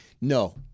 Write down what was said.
No